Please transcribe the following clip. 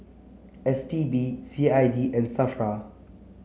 S T B C I D and Safra